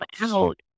out